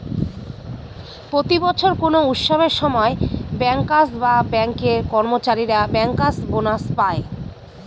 প্রতি বছর কোনো উৎসবের সময় ব্যাঙ্কার্স বা ব্যাঙ্কের কর্মচারীরা ব্যাঙ্কার্স বোনাস পায়